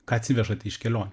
ką atsivežat iš kelionių